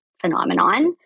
phenomenon